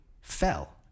fell